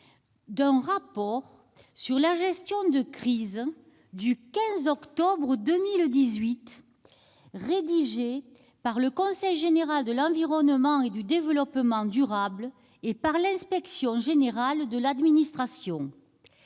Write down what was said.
d'un rapport sur la gestion de la crise du 15 octobre 2018, rédigé par le Conseil général de l'environnement et du développement durable et par l'Inspection générale de l'administration.